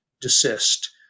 desist